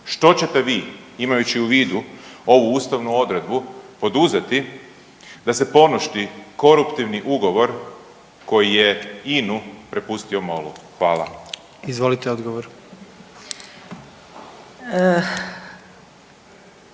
Što ćete vi, imajući u vidu ovu ustavnu odredbu poduzeti da se poništi koruptivni ugovor koji je INA-u prepustio MOL-u? Hvala. **Jandroković,